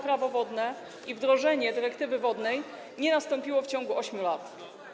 Prawo wodne i wdrożenie dyrektywy wodnej nie nastąpiło w ciągu 8 lat.